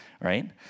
right